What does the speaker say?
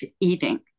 eating